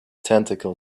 tentacles